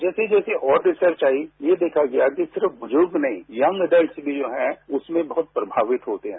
जैसे जैसे और रिसर्च आई ये देखा गया कि सिर्फ बुजुर्ग नहीं यंग एडल्ट भी जो हैं उसमें बहुत प्रभावित होते हैं